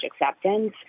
acceptance